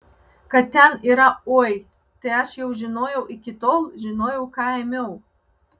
kad ten yra oi tai aš jau žinojau iki tol žinojau ką ėmiau